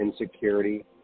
insecurity